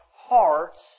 hearts